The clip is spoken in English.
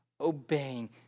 obeying